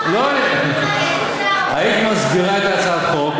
היית מסבירה את הצעת החוק,